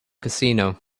casino